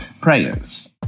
Prayers